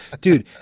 dude